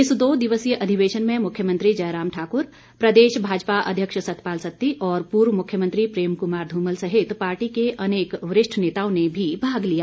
इस दो दिवसीय अधिवेशन में मुख्यमंत्री जयराम ठाकुर प्रदेश भाजपा अध्यक्ष सतपाल सत्ती और पूर्व मुख्यमंत्री प्रेम कुमार धूमल सहित पार्टी के अनेक वरिष्ठ नेताओं ने भी भाग लिया